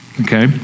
okay